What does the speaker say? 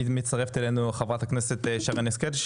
מצטרפת אלינו חברת הכנסת שרן השכל,